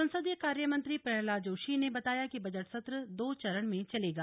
संसदीय कार्य मंत्री प्रहदाल जोशी ने बताया कि बजट सत्र दो चरण में चलेगा